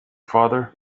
father